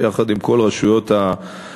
יחד עם כל הרשויות הרלוונטיות,